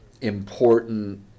important